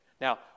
Now